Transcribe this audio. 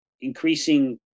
increasing